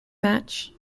match